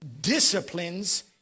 disciplines